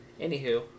Anywho